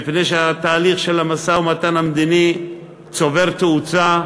מפני שהתהליך של המשא-ומתן המדיני צובר תאוצה.